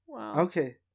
okay